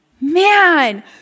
man